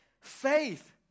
faith